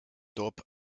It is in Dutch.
dorp